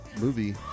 movie